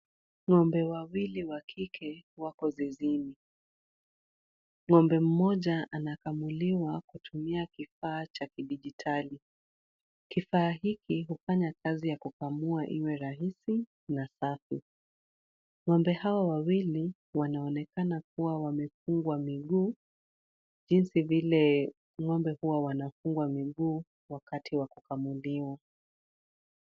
Ng'ombe wawili wa kike wako zizini, ng'ombe mmoja anakamuliwa kutumia kifaa cha kidijitali. Kifaa hiki hufanya kazi ya kukamua iwe rahisi na safi. Ng'ombe hawa wawili wanaonekana kuwa wamefungwa miguu jinsi vile ng'ombe huwa wanafungwa miguu wakati wa kukamuliwa.